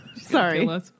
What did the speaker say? Sorry